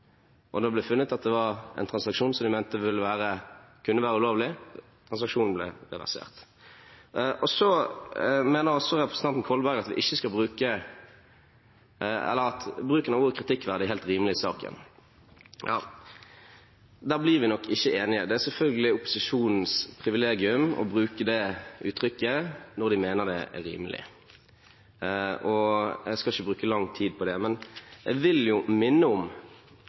og det ble funnet at det var en transaksjon de mente kunne være ulovlig. Transaksjonen ble reversert. Så mener også representanten Kolberg at bruken av ordet «kritikkverdig» er helt rimelig i saken. Der blir vi nok ikke enige. Det er selvfølgelig opposisjonens privilegium å bruke det uttrykket når de mener det er rimelig. Jeg skal ikke bruke lang tid på det, men jeg vil jo minne om